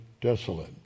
desolate